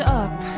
up